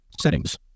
Settings